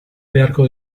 beharko